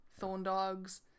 Thorndogs